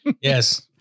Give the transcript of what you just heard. Yes